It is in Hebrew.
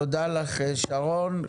תודה, שרון.